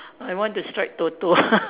I want to strike Toto